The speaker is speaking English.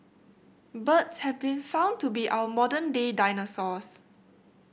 birds have been found to be our modern day dinosaurs